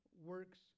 works